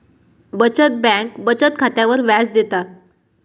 बचत बँक बचत खात्यावर व्याज देता